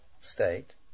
state